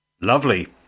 Lovely